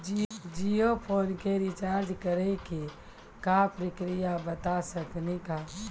Jio phone के recharge करे के का प्रक्रिया बता साकिनी का?